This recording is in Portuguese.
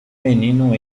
menino